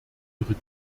ihre